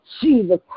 Jesus